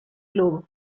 club